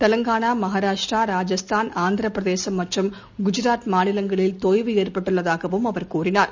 தெலுங்கானா மகாராஷ்ட்ரா ராஜஸ்தான் ஆந்திர பிரதேசம் மற்றம் குஜராத் மாநிலங்களில் தொய்வு ஏற்பட்டுள்ளதாகவும் அவர் கூறினார்